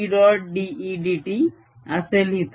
dEdt असे लिहिता येईल